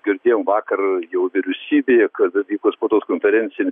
girdėjau vakar jau vyriausybėje kad vyko spaudos konferencija